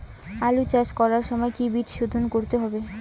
আলু চাষ করার সময় কি বীজ শোধন করতে হবে?